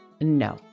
No